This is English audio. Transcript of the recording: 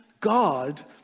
God